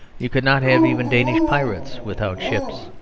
you could not have even danish pirates without ships,